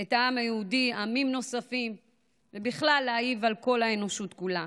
את העם היהודי ועמים נוספים ובכלל להעיב על כל האנושות כולה.